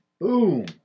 Boom